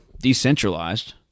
decentralized